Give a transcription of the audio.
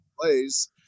plays